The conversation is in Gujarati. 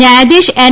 ન્યાયાધીશ એન